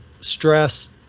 stress